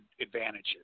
advantages